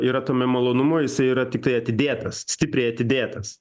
yra tame malonumo jisai yra tiktai atidėtas stipriai atidėtas